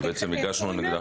שהגשנו נגדה,